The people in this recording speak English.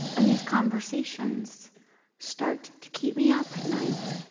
and these conversations start to keep me up at night.